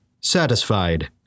Satisfied